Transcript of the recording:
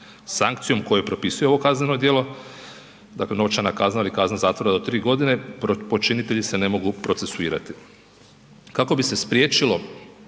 sankcijom koju propisuje ovo kazneno djelo, dakle novčana kazna ili kazna zatvora do 3 g., počinitelji se ne mogu procesuirati. Kako bi se spriječilo